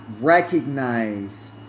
recognize